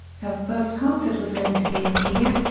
her first concert was going to be in kiev,